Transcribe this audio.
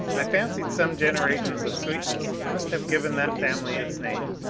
i fancied some generations of sweetness must have given that family its name,